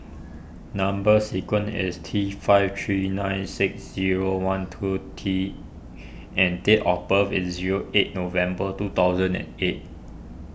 Number Sequence is T five three nine six zero one two T and date of birth is zero eight November two thousand and eight